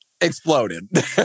exploded